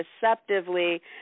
deceptively